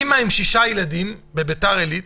אימא עם שישה ילדים בבית"ר עילית